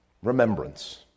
remembrance